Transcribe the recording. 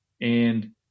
And-